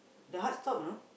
the heart stop you know